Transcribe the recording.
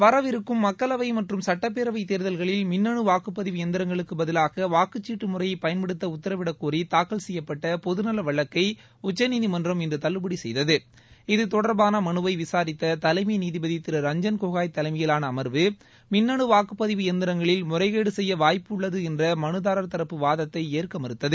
வரவிருக்கும் மக்களவை மற்றும் சட்டப்பேரவைத் தேர்தல்களில் மின்னணு வாக்குப்பதிவு எந்திரங்களுக்குப் பதிலாக வாக்குச்சீட்டு முறையை பயன்படுத்த உத்தரவிடக்கோரி தாக்கல் செய்யப்பட்ட பொதுநல வழக்கை உச்சநீதிமன்றம் இன்று தள்ளுபடி செய்தது இது தொடர்பான மனுவை விசாரித்த தலைமை நீதிபதி திரு ரஞ்ஜன் கோகோய் தலைமையிலான அமா்வு மின்னனு வாக்குப்பதிவு எந்திரங்களில் முறைகேடு செய்ய வாய்ப்பு உள்ளது என்ற மனுதாரா் தரப்பு வாதத்தை ஏற்க மறுத்தது